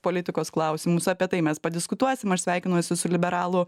politikos klausimus apie tai mes padiskutuosim aš sveikinuosi su liberalu